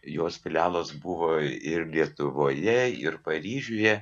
jos filialas buvo ir lietuvoje ir paryžiuje